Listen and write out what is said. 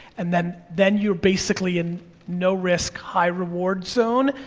and then then you're basically in no risk, high reward zone,